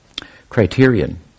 criterion